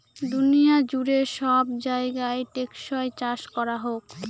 দুনিয়া জুড়ে সব জায়গায় টেকসই চাষ করা হোক